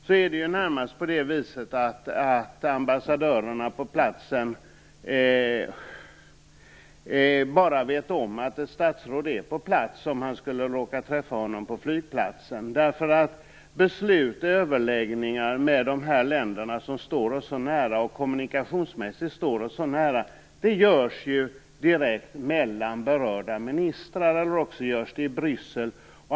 Där är det närmast så att ambassadörerna endast vet om att ett statsråd är på plats om de skulle råka träffas på flygplatsen. Beslut och överläggningar med dessa länder som kommunikationsmässigt står oss så nära sker ju direkt mellan berörda ministrar eller i Bryssel.